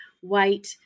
white